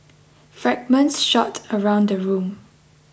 fragments shot around the room